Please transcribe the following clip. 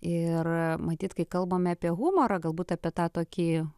ir matyt kai kalbame apie humorą galbūt apie tą tokį